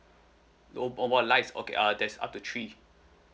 mo~ mobile lines okay uh that's up to three